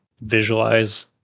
visualize